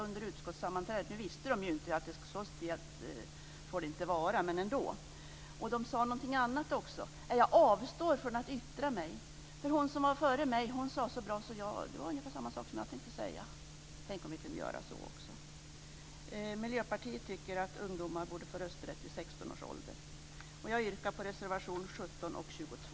Nu visste de ju inte att så får det inte vara. De sade någonting annat också: Jag avstår från att yttra mig. Det hon som var före mig sade var så bra. Det var ungefär samma sak som jag tänkte säga. Tänk om vi också kunde göra så. Miljöpartiet tycker att ungdomar borde få rösträtt vid 16 års ålder. Jag yrkar bifall till reservation 17 och 22.